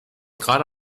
gerade